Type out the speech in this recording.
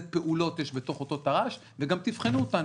פעולות יש בתוך אותו תר"ש וגם תבחנו אותנו.